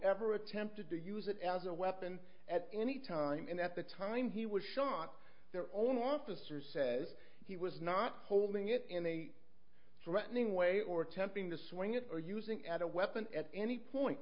ever attempted to use it as a weapon at any time and at the time he was shot there own officers says he was not holding it in a threatening way or attempting to swing it or using as a weapon at any point